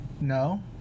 No